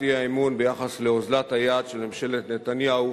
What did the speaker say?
האי-אמון ביחס לאוזלת היד של ממשלת נתניהו